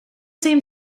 seemed